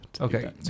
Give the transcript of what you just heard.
Okay